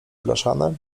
blaszane